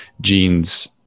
genes